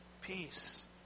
peace